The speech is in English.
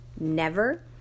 Never